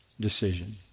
decision